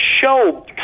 show